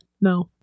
No